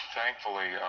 thankfully